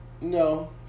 no